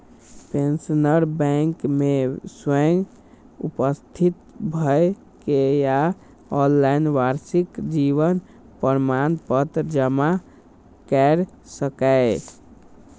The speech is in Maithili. पेंशनर बैंक मे स्वयं उपस्थित भए के या ऑनलाइन वार्षिक जीवन प्रमाण पत्र जमा कैर सकैए